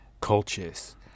cultures